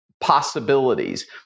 possibilities